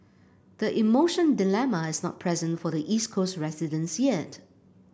the emotion dilemma is not present for the East Coast residents yet